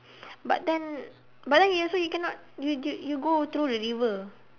but then but then you also you cannot you you you go through the river